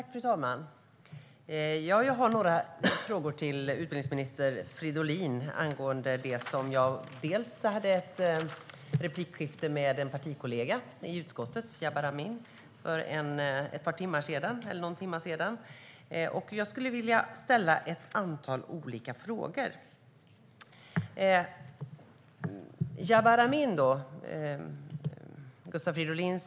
Fru talman! Jag skulle vilja ställa ett antal olika frågor till utbildningsminister Fridolin, bland annat med anledning av det replikskifte jag hade med en partikamrat till honom i utskottet, Jabar Amin, för någon timme sedan.